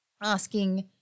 asking